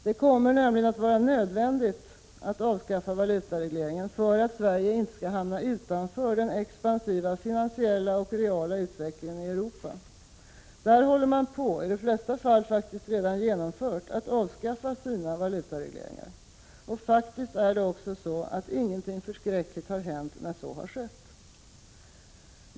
Det kommer nämligen att vara nödvändigt att avskaffa valutaregleringen för att Sverige inte skall hamna utanför den expansiva finansiella och reala utvecklingen i Europa. Där håller man på — i de flesta fall har det redan genomförts — att avskaffa sina valutaregleringar. Faktiskt är det också så, att ingenting förskräckligt har hänt när så har skett.